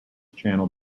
channel